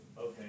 okay